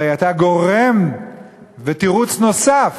אלא היא הייתה גורם ותירוץ נוסף.